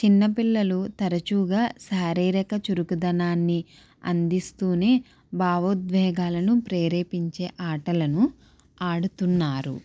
చిన్న పిల్లలు తరచుగా శారీరిక చురుకుదనాన్ని అందిస్తూనే భావోద్వేకాలను ప్రేరేపించే ఆటలను ఆడుతున్నారు